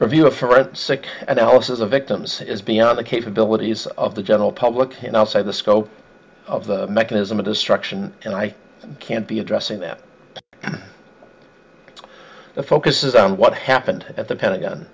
trial review a forensic analysis of victims is beyond the capabilities of the general public and outside the scope of the mechanism of destruction and i can't be addressing that the focus is on what happened at the pentagon